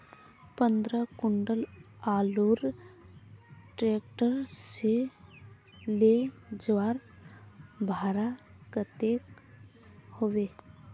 पंद्रह कुंटल आलूर ट्रैक्टर से ले जवार भाड़ा कतेक होबे?